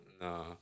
No